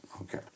Okay